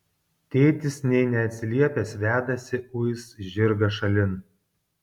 tėtis nė neatsiliepęs vedasi uis žirgą šalin